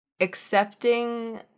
accepting